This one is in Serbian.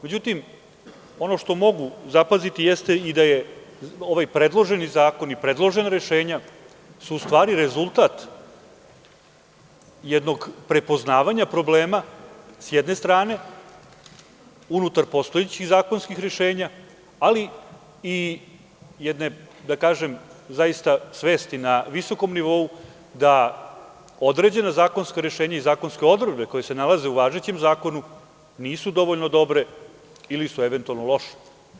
Međutim, ono što mogu zapaziti jeste i da je ovaj predloženi zakon i predložena rešenja, su u stvari, rezultat jednog prepoznavanja problema, s jedne strane, unutar postojećih zakonskih rešenja, ali i jedne svesti na visokom nivou, da određeno zakonsko rešenje i zakonske odredbe koje se nalaze u važećem Zakonu, nisu dovoljno dobre, ili su eventualno loše.